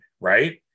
right